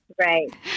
Right